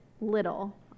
little